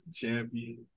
champion